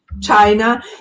China